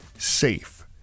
Safe